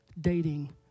dating